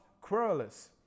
querulous